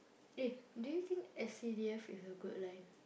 eh do you think S_C_D_F is a good line